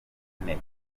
ine